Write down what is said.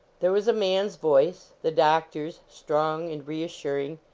there was a man s voice the doctor s, strong and reassuring.